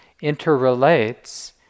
interrelates